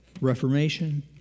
reformation